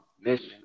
mission